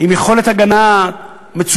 עם יכולת הגנה מצוינת.